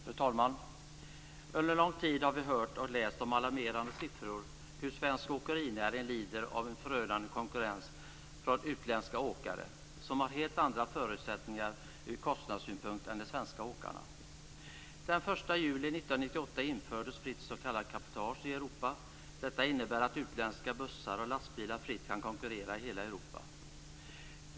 Fru talman! Under lång tid har vi hört och läst alarmerande siffror om hur svensk åkerinäring lider av en förödande konkurrens från utländska åkare, som ur kostnadssynpunkt har helt andra förutsättningar än de svenska åkarna. Den 1 juli 1998 infördes fritt s.k. cabotage i Europa. Detta innebär att utländska bussar och lastbilar fritt kan konkurrera i hela Europa.